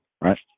right